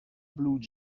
blue